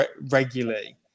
regularly